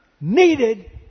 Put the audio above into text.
needed